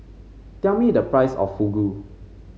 tell me the price of Fugu